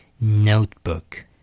Notebook